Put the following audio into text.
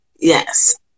Yes